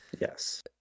Yes